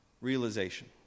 realization